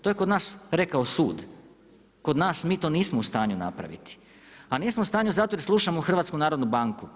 To je kod nas rekao sud, kod nas mi to nismo u stanju napraviti, a nismo u stanju zato jer slušamo HNB.